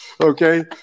Okay